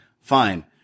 Fine